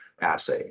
assay